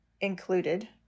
included